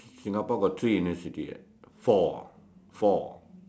Singapore got three university ah four four